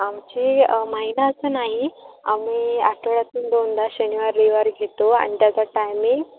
आमचे महिना असं नाही आम्ही आठवड्यातून दोनदा शनिवार रविवार घेतो आणि त्याचा टायमिंग